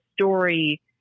story